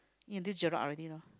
eat until Jelat already lor